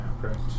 correct